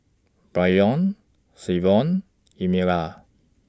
Braylon Savon Emelia